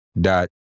dot